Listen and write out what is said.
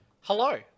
hello